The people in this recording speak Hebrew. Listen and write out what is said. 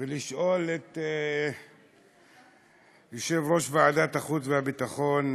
ולשאול את יושב-ראש ועדת החוץ והביטחון,